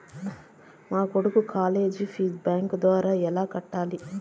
మా కొడుకు college fees bank ద్వారా ఎలా కట్టాలి?